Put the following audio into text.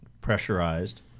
pressurized